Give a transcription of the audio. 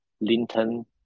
Linton